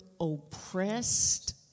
oppressed